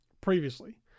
previously